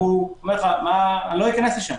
והוא אומר: לא אכנס לשם.